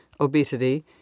obesity